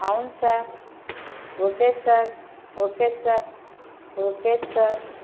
అవును sir okay sir okay sir okay sir